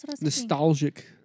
nostalgic